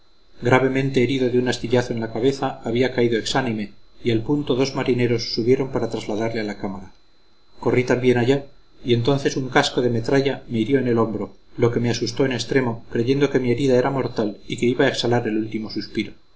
gravemente herido de un astillazo en la cabeza había caído exánime y al punto dos marineros subieron para trasladarle a la cámara corrí también allá y entonces un casco de metralla me hirió en el hombro lo que me asustó en extremo creyendo que mi herida era mortal y que iba a exhalar el último suspiro